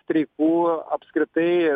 streikų apskritai